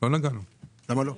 אין